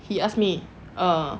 he asked me err